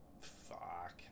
Fuck